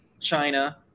China